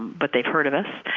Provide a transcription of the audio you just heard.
but they've heard of us.